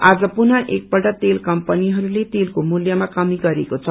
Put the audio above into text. आज पुनः एक पल्ट तेल कम्पनीहरूले तेलको मूल्यमा कमी गरेको छ